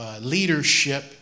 leadership